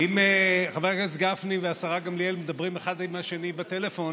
אם חבר הכנסת גפני והשרה גמליאל מדברים אחד עם השני בטלפון,